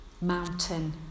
mountain